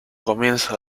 comienzo